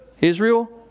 Israel